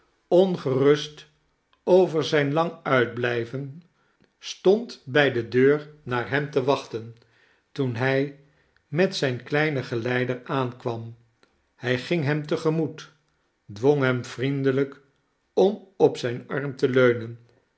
ongerust over zijn lang uitblijven stond bij de deur naar hem te wachten toen hij met zijn kleinen geleider aankwam hij ging hem te gemoet dwong hem vriendelijk om op zijn arm te leunen